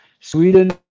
Sweden